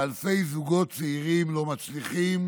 ואלפי זוגות צעירים לא מצליחים